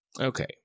Okay